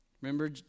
remember